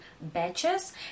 batches